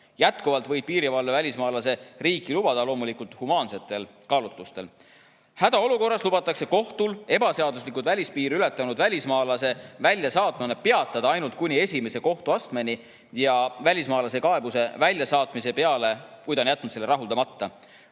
Jätkuvalt võib piirivalve välismaalase riiki lubada loomulikult humaansetel kaalutlustel. Hädaolukorras lubatakse kohtul ebaseaduslikult välispiiri ületanud välismaalase väljasaatmine peatada ainult kuni esimese kohtuastmeni, kui välismaalane on [esitanud kaebuse väljasaatmise peale] ja kohus on jätnud selle rahuldamata.